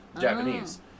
Japanese